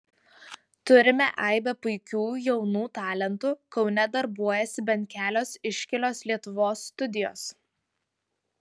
turime aibę puikių jaunų talentų kaune darbuojasi bent kelios iškilios lietuvos studijos